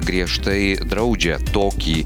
griežtai draudžia tokį